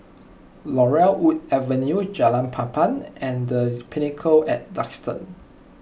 Laurel Wood Avenue Jalan Papan and the Pinnacle at Duxton